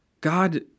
God